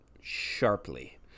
sharply